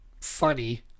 funny